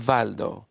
Valdo